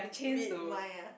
read mine ah